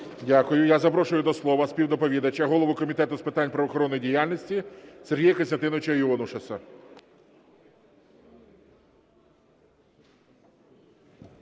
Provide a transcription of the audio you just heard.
Дякую. Я запрошую до слова співдоповідача – голову Комітету з питань правоохоронної діяльності Сергія Костянтиновича Іонушаса.